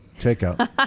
takeout